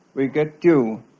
we get dew,